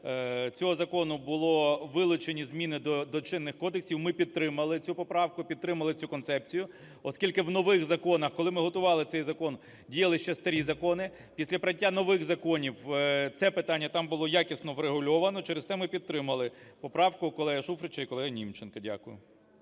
цього закону були вилучені зміни до чинних кодексів. Ми підтримали цю поправку, підтримали цю концепцію, оскільки в нових законах, коли ми готували цей закон, діяли ще старі закони. Після прийняття нових законів це питання там було якісно врегульовано, через те ми підтримали поправку колеги Шуфрича і колеги Німченко. Дякую.